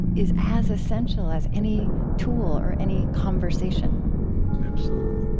is as essential as any tool or any conversation absolutely.